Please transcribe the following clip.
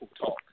talk